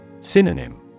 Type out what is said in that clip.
Synonym